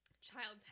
child's